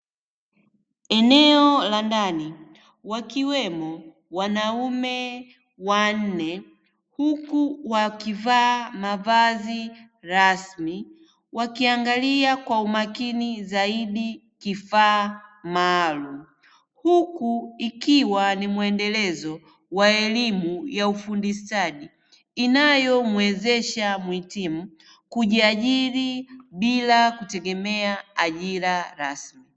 Eneo la ndani wakiwemo wanaume wanne huku wakivaa mavazi rasmi, wakiangalia kwa umakini zaidi kifaa maalumu, huku ikiwa ni mwendelezo wa elimu ya ufundi, stadi inayomuwezesha muhitimu kujiajiri bila kutegemea ajira rasmi.